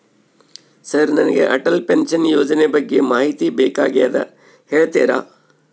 Sir ನನಗೆ Atal pension ಯೋಜನೆ ಬಗ್ಗೆ ಮಾಹಿತಿ ಬೇಕಾಗ್ಯದ ಹೇಳ್ತೇರಾ?